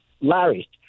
Larry